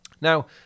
Now